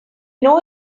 know